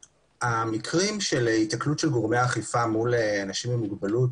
המקרים של היתקלות גורמי אכיפה מול אנשים עם מוגבלות